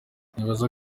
nibaza